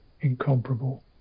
incomparable